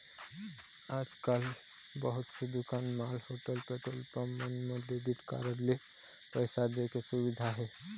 आजकाल बहुत से दुकान, मॉल, होटल, पेट्रोल पंप मन म डेबिट कारड ले पइसा दे के सुबिधा हे